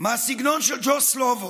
מהסגנון של ג'ו סלובו.